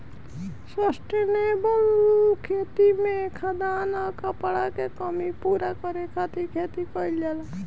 sustainable खेती में खाद्यान आ कपड़ा के कमी पूरा करे खातिर खेती कईल जाला